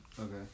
Okay